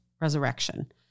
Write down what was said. resurrection